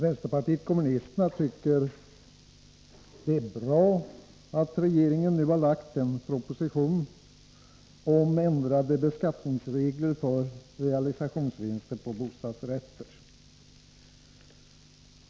Herr talman! Vpk tycker att det är bra att regeringen nu lagt en proposition om ändrade beskattningsregler för realisationsvinster på bostadsrätter.